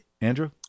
Andrew